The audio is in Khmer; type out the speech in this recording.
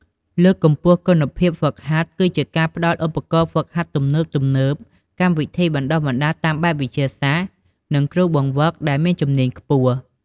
លើកកម្ពស់គុណភាពហ្វឹកហាត់គឺជាការផ្តល់ឧបករណ៍ហ្វឹកហាត់ទំនើបៗ កម្មវិធីបណ្តុះបណ្តាលតាមបែបវិទ្យាសាស្ត្រ និងគ្រូបង្វឹកដែលមានជំនាញខ្ពស់។